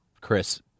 Chris—